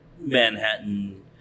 Manhattan